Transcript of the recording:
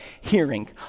hearing